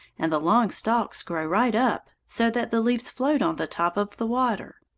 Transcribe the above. and the long stalks grow right up, so that the leaves float on the top of the water.